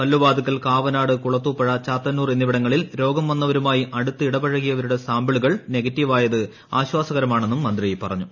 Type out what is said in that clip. കല്ലുവാതുക്കൽ കാവനാട് കുളത്തൂപ്പുഴ ചാത്തന്നൂർ എന്നിവിടങ്ങളിൽ രോഗം വന്നവരുമായി അടുത്തിടപഴകിയവരുടെ സാമ്പിളുകൾ നെഗറ്റീവായത് ആശ്വാസകരമാണെന്നും മന്ത്രി പറഞ്ഞു